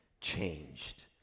changed